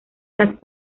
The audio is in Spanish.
las